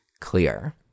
clear